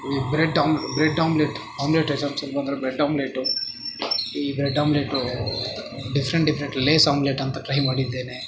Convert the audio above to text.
ಈ ಬ್ರೆಡ್ ಆಮ್ bread omelette omelette ಐಟಮ್ಸಿಗೆ ಬಂದರೆ ಬ್ರೆಡ್ ಆಮ್ಲೆಟು ಈ ಬ್ರೆಡ್ ಆಮ್ಲೆಟು ಡಿಫರೆಂಟ್ ಡಿಫರೆಂಟ್ ಲೇಸ್ ಆಮ್ಲೆಟ್ ಅಂತ ಟ್ರೈ ಮಾಡಿದ್ದೇನೆ